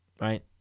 right